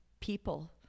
people